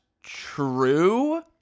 true